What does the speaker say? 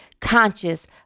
conscious